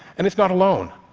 and it's not alone.